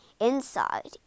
Inside